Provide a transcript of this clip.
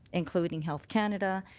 including health canada,